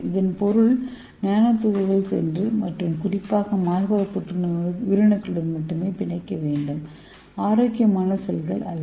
இதன் பொருள் நானோ துகள்கள் சென்று மற்றும்குறிப்பாக மார்பக புற்றுநோய் உயிரணுக்களுடன் மட்டுமே பிணைக்க வேண்டும் ஆரோக்கியமான செல்கள் அல்ல